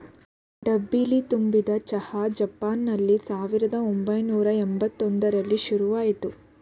ಡಬ್ಬಿಲಿ ತುಂಬಿದ್ ಚಹಾ ಜಪಾನ್ನಲ್ಲಿ ಸಾವಿರ್ದ ಒಂಬೈನೂರ ಯಂಬತ್ ಒಂದ್ರಲ್ಲಿ ಶುರುಆಯ್ತು